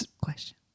Question